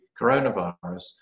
coronavirus